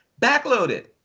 backloaded